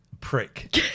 prick